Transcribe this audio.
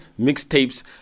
mixtapes